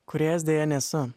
kurėjas deja nesu